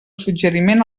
suggeriment